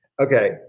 okay